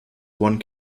one